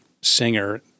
singer